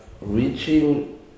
reaching